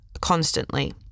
constantly